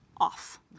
off